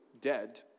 dead